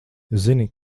zini